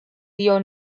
dio